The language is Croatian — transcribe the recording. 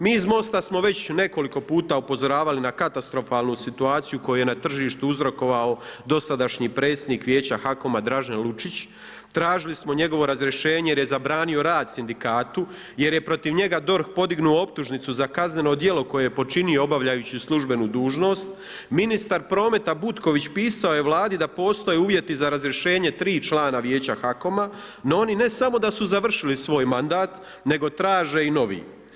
Mi iz Most-a smo već nekoliko puta upozoravali na katastrofalnu situaciju koju je na tržištu uzrokovao dosadašnji predsjednik Vijeća HAKOM-a Dražen Lučić, tražili smo njegovo razrješenje jer je zabranio rad sindikatu jer je protiv njega DORH podignuo optužnicu za kazneno djelo koje je počinio obavljajući službenu dužnost, ministar prometa Butković pisao je Vladi da postoje uvjeti za razrješenje tri člana Vijeća HAKOM-a, no oni ne samo da su završili svoj mandat nego traže i novi.